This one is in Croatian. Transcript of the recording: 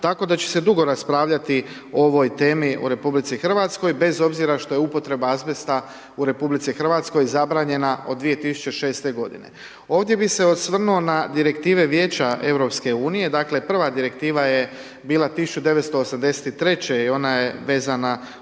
tako da će se dugo raspravljati o ovoj temi u Republici Hrvatskoj bez obzira što je upotreba azbesta u Rh zabranjena od 2006. godine. Ovdje bih se osvrnuo na direktive Vijeća Europske unije dakle prva direktiva je bila 1983. i ona je vezana uz